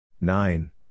Nine